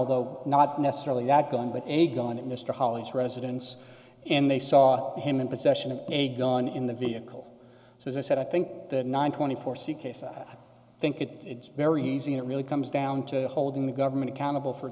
although not necessarily that gun but a gun at mr holly's residence and they saw him in possession of a gun in the vehicle so as i said i think that nine twenty four c case i think it's very easy and it really comes down to holding the government accountable for